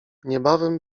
niebawem